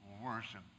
worship